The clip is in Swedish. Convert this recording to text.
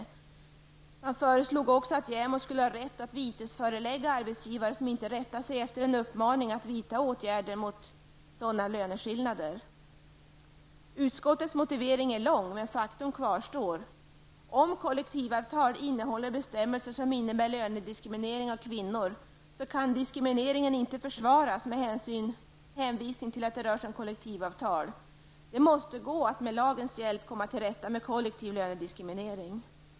Utredningen föreslog också att JämO skulle ha rätt att vitesförelägga arbetsgivare som inte rättade sig efter en uppmaning att vidta åtgärder mot könsrelaterade löneskillnader. Utskottets motivering är lång, men faktum kvarstår. Om kollektivavtal innehåller bestämmelser som innebär lönediskriminering av kvinnor kan diskrimineringen inte försvaras med hänvisning till att det rör sig om kollektivavtal. Det måste gå att med lagens hjälp komma till rätta med kollektiv lönediskriminering!